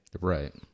Right